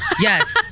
yes